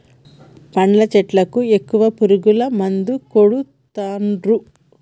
పండ్ల చెట్లకు ఎక్కువ పురుగు మందులు కొడుతాన్రు